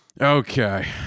Okay